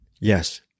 yes